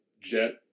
Jet